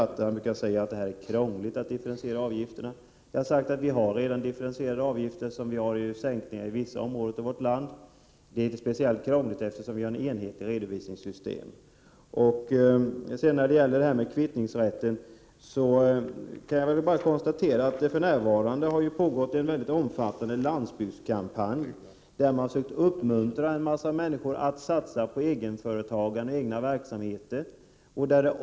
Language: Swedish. Nils-Olof Gustafsson brukar säga att det är krångligt att differentiera avgifterna. Vi har sagt att vi redan har differentierade avgifter, eftersom de har sänkts i vissa områden av vårt land. Det är inte speciellt krångligt, eftersom vi har ett enhetligt redovisningssystem. När det gäller kvittningsrätten kan jag bara konstatera att det för närvarande pågår en omfattande landsbygdskampanj, där man har försökt uppmuntra människor att satsa på egenföretagande och egenverksamheter.